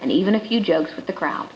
and even a few jokes with the crowd